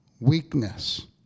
Weakness